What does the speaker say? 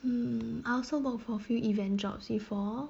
mm I also worked for a few event jobs before